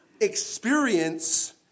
experience